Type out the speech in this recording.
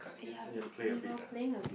ya we we were playing a bit